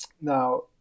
Now